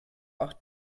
auch